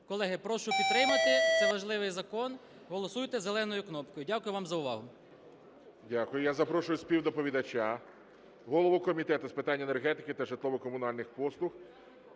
Колеги прошу підтримати, це важливий закон, голосуйте зеленою кнопкою. Дякую вам за увагу. ГОЛОВУЮЧИЙ. Дякую. Я запрошую співдоповідача голову Комітету з питань енергетики та житлово-комунальних послуг...